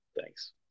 Thanks